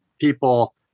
people